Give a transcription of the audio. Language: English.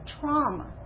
Trauma